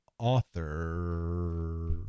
author